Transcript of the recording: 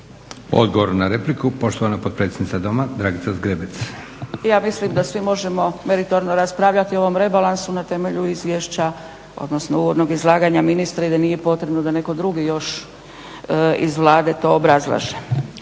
Odgovor na repliku, poštovana potpredsjednica Doma, Dragica Zgrebec. **Zgrebec, Dragica (SDP)** Ja mislim da svi možemo meritorno raspravljati o ovom rebalansu na temelju izvješća odnosno uvodnog izlaganja ministra i da nije potrebno da netko drugi još iz Vlade to obrazlaže.